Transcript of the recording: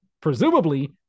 Presumably